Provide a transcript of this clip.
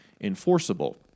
enforceable